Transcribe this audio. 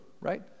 right